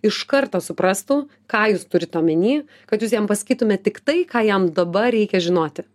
iš karto suprastų ką jūs turit omeny kad jūs jam pasakytumėt tik tai ką jam dabar reikia žinoti